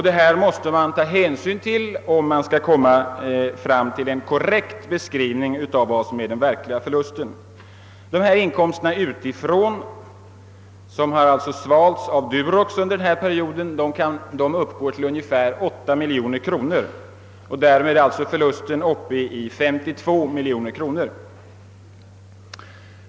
Dessa inkomster utifrån, som alltså har svalts av Durox under denna period, uppgår till ungefär 8 miljoner kronor. Därmed är förlusten uppe i 52 miljoner.